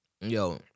Yo